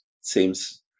seems